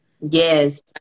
Yes